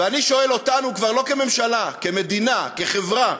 ואני שואל אותנו, כבר לא כממשלה, כמדינה, כחברה: